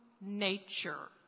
nature